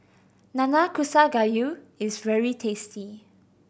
Nanakusa Gayu is very tasty